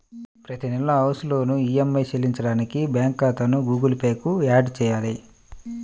ప్రతి నెలా house loan EMI చెల్లించడానికి బ్యాంకు ఖాతాను గుగుల్ పే కు యాడ్ చేయాలి